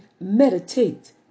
meditate